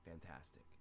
fantastic